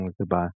Goodbye